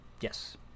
Yes